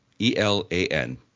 E-L-A-N